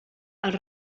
els